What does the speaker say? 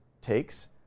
takes